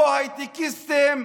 לא הייטקיסטים,